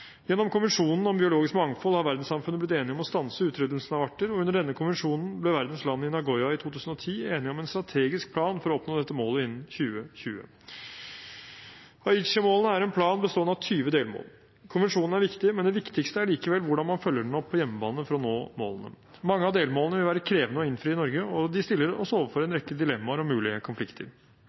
Gjennom Konvensjonen om biologisk mangfold har verdenssamfunnet blitt enig om å stanse utryddelsen av arter, og under denne konvensjonen ble verdens land i Nagoia i 2010 enige om en strategisk plan for å oppnå dette målet innen 2020. Aichi-målene er en plan bestående av 20 delmål. Konvensjonen er viktig, men det viktigste er likevel hvordan man følger den opp på hjemmebane for å nå målene. Mange av delmålene vil være krevende å innfri i Norge, og de stiller oss overfor en rekke dilemmaer og mulige konflikter.